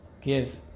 give